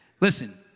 Listen